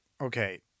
Okay